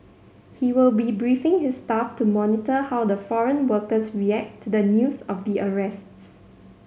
he will be briefing his staff to monitor how the foreign workers react to the news of the arrests